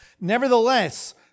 Nevertheless